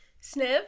Sniff